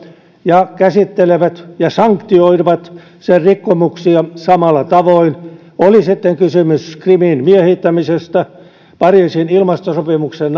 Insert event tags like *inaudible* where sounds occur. ja käsittelevät ja sanktioivat sen rikkomuksia samalla tavoin oli sitten kysymys krimin miehittämisestä pariisin ilmastosopimuksen *unintelligible*